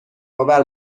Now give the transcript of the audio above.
آور